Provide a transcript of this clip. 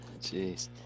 Jeez